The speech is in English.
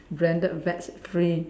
branded bags free